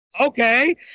okay